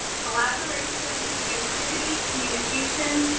collaboration, creativity, communication,